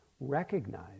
recognize